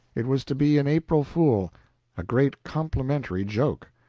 it was to be an april-fool a great complimentary joke.